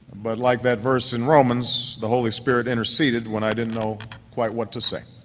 but like that verse in romans, the holy spirit interceded when i didn't know quite what to say.